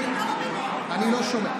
אני לא שומע.